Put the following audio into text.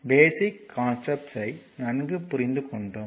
பேசிக் concepts யை நன்கு புரிந்து கொண்டோம்